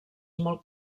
molt